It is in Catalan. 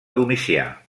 domicià